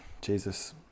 Jesus